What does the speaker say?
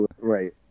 Right